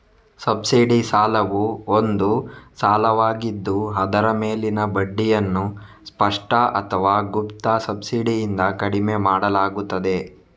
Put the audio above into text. subsidy ಸಾಲವು ಒಂದು ಸಾಲವಾಗಿದ್ದು ಅದರ ಮೇಲಿನ ಬಡ್ಡಿಯನ್ನು ಸ್ಪಷ್ಟ ಅಥವಾ ಗುಪ್ತ ಸಬ್ಸಿಡಿಯಿಂದ ಕಡಿಮೆ ಮಾಡಲಾಗುತ್ತದೆ